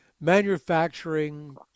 manufacturing